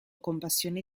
compassione